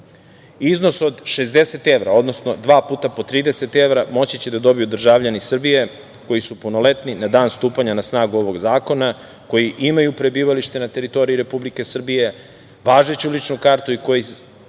Iznos od 60 evra, odnosno dva puta po 30 evra moći će da dobiju državljani Srbije koji su punoletni na dan stupanja na snagu ovog zakona, koji imaju prebivalište na teritoriji Republike Srbije, važeću ličnu kartu i koji